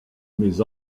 mais